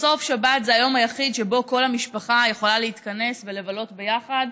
בסוף שבת זה היום היחיד שבו כל המשפחה יכולה להתכנס ולבלות ביחד,